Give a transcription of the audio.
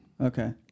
Okay